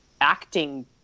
acting